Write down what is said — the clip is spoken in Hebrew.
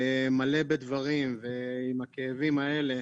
מלא בדברים ועם הכאבים האלה,